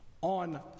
on